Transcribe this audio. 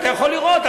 אתה יכול לראות,